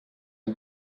amb